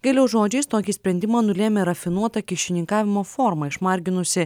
gailiaus žodžiais tokį sprendimą nulėmė rafinuota kyšininkavimo forma išmarginusi